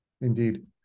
Indeed